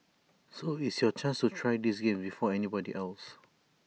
so it's your chance to try these games before anybody else